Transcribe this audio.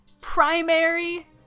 primary